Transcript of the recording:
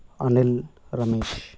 Anil Ramesh